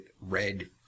red